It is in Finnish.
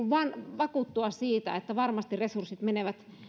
vakuuttua siitä että varmasti resurssit menevät